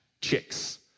chicks